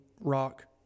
Rock